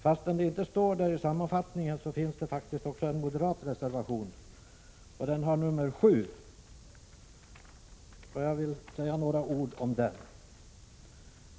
Fastän det inte står i sammanfattningen finns det faktiskt också en moderat reservation. Den har nr 7, och jag vill säga några ord om den.